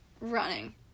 running